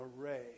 array